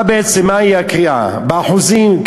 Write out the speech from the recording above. מה בעצם, מהי הקריאה באחוזים?